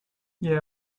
yeah